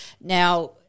Now